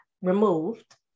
removed